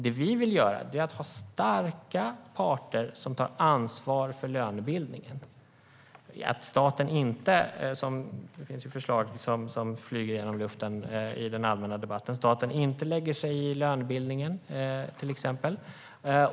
Det vi vill göra är att ha starka parter som tar ansvar för lönebildningen. Det finns förslag som flyger genom luften i den allmänna debatten. Det handlar om att staten inte lägger sig i lönebildningen, till exempel.